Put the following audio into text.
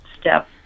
step